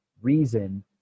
reason